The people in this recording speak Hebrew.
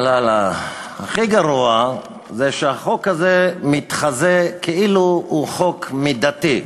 הכי גרוע, שהחוק הזה מתחזה, כאילו הוא חוק מידתי.